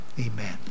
Amen